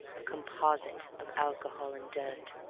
a composite of alcohol and dirt.